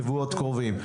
בשבועות הקרובים.